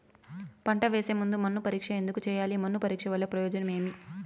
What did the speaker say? పంట వేసే ముందు మన్ను పరీక్ష ఎందుకు చేయాలి? మన్ను పరీక్ష వల్ల ప్రయోజనం ఏమి?